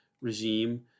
regime